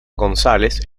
gonzález